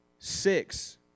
Six